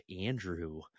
Andrew